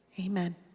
Amen